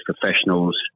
professionals